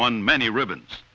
one many ribbons